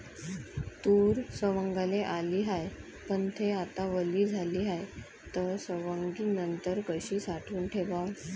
तूर सवंगाले आली हाये, पन थे आता वली झाली हाये, त सवंगनीनंतर कशी साठवून ठेवाव?